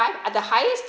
at the highest